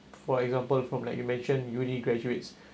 for example from like you mentioned uni graduates